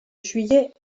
juillet